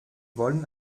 wollen